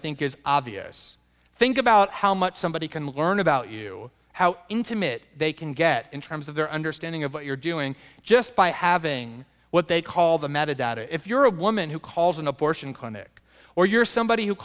think is obvious think about how much somebody can learn about you how intimate they can get in terms of their understanding of what you're doing just by having what they call the metadata if you're a woman who calls an abortion clinic or you're somebody who